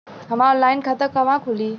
हमार ऑनलाइन खाता कहवा खुली?